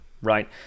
right